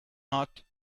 not